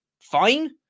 Fine